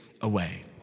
away